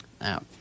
Now